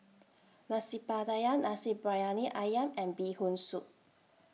Nasi Pattaya Nasi Briyani Ayam and Bee Hoon Soup